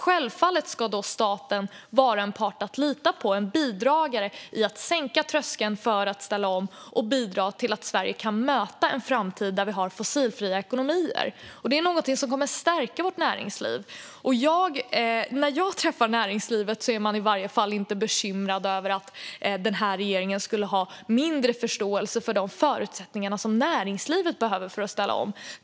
Självfallet ska staten då vara en part att lita på och en bidragare i att sänka trösklarna för att ställa om och bidra till att Sverige kan möta en framtid där vi har fossilfria ekonomier. Detta är något som kommer att stärka vårt näringsliv. När jag träffar näringslivet säger man i varje fall inte att man är bekymrad eller att regeringen skulle ha mindre förståelse för de förutsättningar som näringslivet behöver för att ställa om.